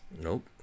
Nope